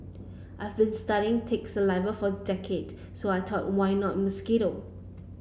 I've been studying tick saliva for a decade so I thought why not mosquito